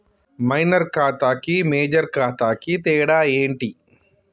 Minor ఖాతా కి major ఖాతా కి తేడా ఏంటి?